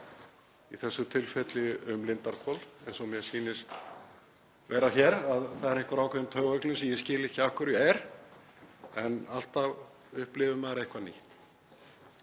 í þessu tilfelli um Lindarhvol, eins og mér sýnist vera hér, að það er einhver ákveðin taugaveiklun sem ég skil ekki af hverju er. En alltaf upplifir maður eitthvað nýtt.